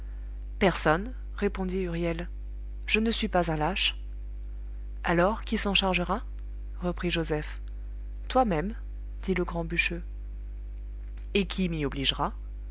personne répondit huriel je ne suis pas un lâche alors qui s'en chargera reprit joseph toi-même dit le grand bûcheux et qui m'y obligera